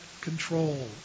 control